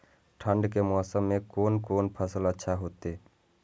ठंड के मौसम में कोन कोन फसल अच्छा होते?